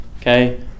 okay